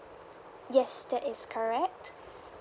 yes that is correct